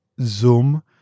Zoom